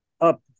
up